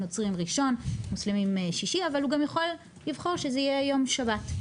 נוצרים ראשון ומוסלמים שישי אבל הוא גם יכול לבחור שזה יהיה יום שבת.